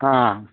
ꯑꯥ